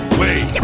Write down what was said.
wait